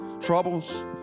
troubles